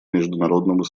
международного